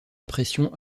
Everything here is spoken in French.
impression